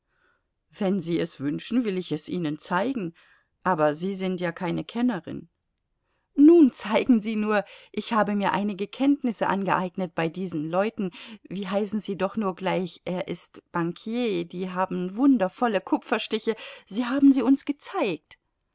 wenn sie es wünschen will ich es ihnen zeigen aber sie sind ja keine kennerin nun zeigen sie nur ich habe mir einige kenntnisse angeeignet bei diesen leuten wie heißen sie doch nur gleich er ist bankier die haben wundervolle kupferstiche sie haben sie uns gezeigt